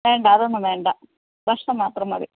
വേണ്ട അതൊന്നും വേണ്ട ഭക്ഷണം മാത്രം മതി